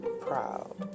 proud